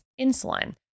insulin